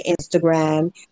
Instagram